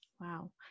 Wow